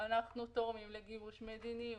אנחנו תורמים לגיבוש מדיניות.